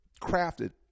crafted